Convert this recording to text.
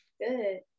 Good